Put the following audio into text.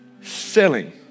selling